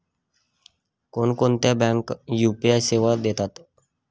कोणकोणत्या बँका यू.पी.आय सेवा देतात?